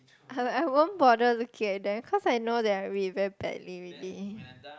I I won't bother looking at them cause I know that I read very badly already